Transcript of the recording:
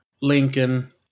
Lincoln